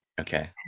okay